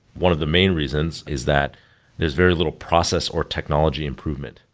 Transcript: one of the main reasons is that there's very little process or technology improvement.